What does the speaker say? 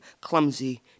clumsy